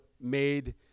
made